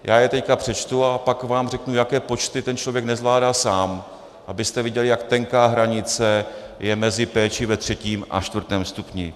Já je teď přečtu a pak vám řeknu, jaké počty ten člověk nezvládá sám, abyste viděli, jak tenká hranice je mezi péčí ve třetím a čtvrtém stupni.